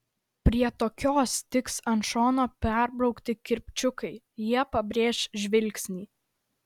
prie tokios tiks ant šono perbraukti kirpčiukai jie pabrėš žvilgsnį